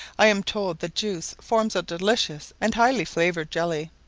i am told the juice forms a delicious and highly-flavoured jelly,